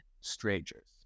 strangers